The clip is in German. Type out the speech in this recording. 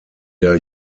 der